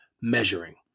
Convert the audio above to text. measuring